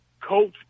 coach